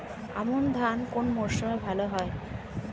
আমন ধান কোন মরশুমে ভাল হয়?